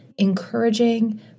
encouraging